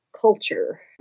culture